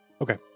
Okay